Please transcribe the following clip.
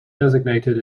designated